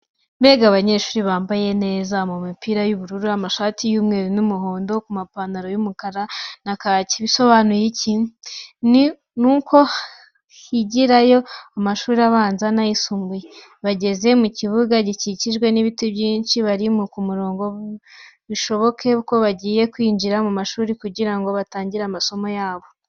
Mbega abanyeshuri bambaye neza, mu mipira y'ubururu, amashati y'umweru n'umuhondo, ku mapantaro y'umukara na kaki. Bisobanuye iki? Ni uko higirayo amashuri abanza n'ayisumbuye. Bahagaze mu kibuga gikikijwe n'ibiti byinshi bari ku mirongo, bishoboke ko bagiye kwinjira mu mashuri kugira ngo batangire amasomo yabo.